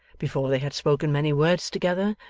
before they had spoken many words together,